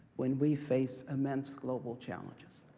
when we face immense global challenges.